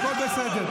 הכול בסדר.